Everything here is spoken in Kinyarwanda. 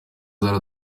zari